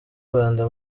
rwanda